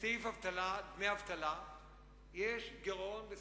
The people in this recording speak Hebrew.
בסעיף דמי אבטלה יש גירעון.